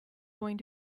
going